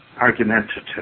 argumentative